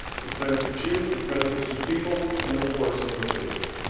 which benefits you, which benefits these people and the forest in which they live.